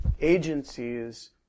agencies